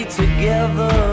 together